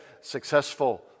successful